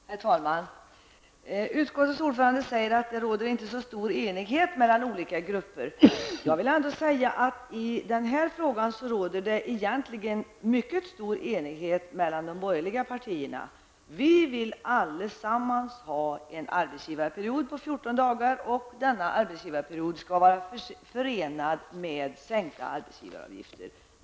Herr talman! Utskottets ordförande säger att det inte råder så stor enighet mellan olika grupper. I den här frågan råder det faktiskt mycket stor enighet mellan de borgerliga partierna. Vi vill allesammans ha en arbetsgivarperiod i sjukförsäkringen på 14 dagar, och den skall vara förenad med sänkta arbetsgivaravgifter.